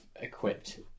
equipped